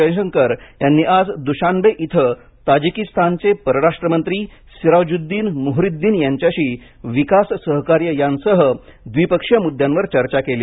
जयशंकर यांनी आज दुशान्बे इथं ताजिकीस्तानचे परराष्ट्रमंत्री सिरोजिद्दीन मुहरीद्दीन यांच्याशी विकास सहकार्य यांसह द्विपक्षीय मुद्यांवर चर्चा केली